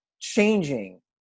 changing